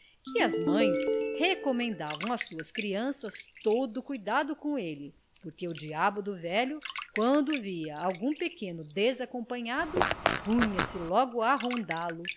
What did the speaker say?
que as mães recomendavam às suas crianças todo o cuidado com ele porque o diabo do velho quando via algum pequeno desacompanhado punha-se logo a rondá lo